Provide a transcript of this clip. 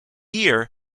year